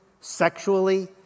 sexually